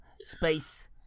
space